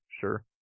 sure